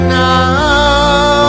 now